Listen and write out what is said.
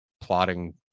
plotting